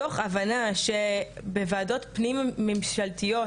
מתוך הבנה שבוועדות פנים ממשלתיות